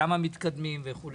למה מתקדמים וכו'.